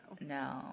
No